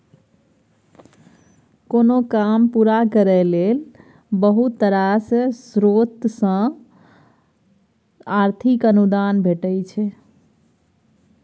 कोनो काम पूरा करय लेल बहुत रास स्रोत सँ आर्थिक अनुदान भेटय छै